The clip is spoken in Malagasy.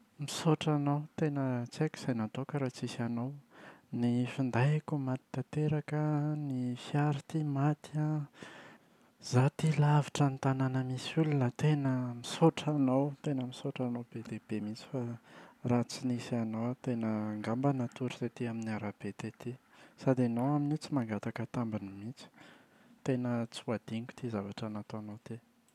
Misaotra anao, tena tsy haiko izay nataoko raha tsisy anao. Ny findaiko maty tanteraka an, ny fiara ity maty an, izaho ity lavitra ny tanàna misy olona. Tena misaotra anao! Tena misaotra anao be dia be mihitsy fa raha tsy anao aho tena angamba aho natory tety amin’ny arabe tety. Sady ianao amin’io tsy mangataka tambiny mihitsy, tena tsy ho adinoko ity zavatra nataonao ity.